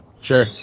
sure